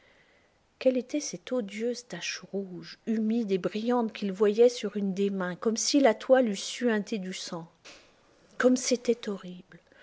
quelle était cette odieuse tache rouge humide et brillante qu'il voyait sur une des mains comme si la toile eût suinté du sang comme c'était horrible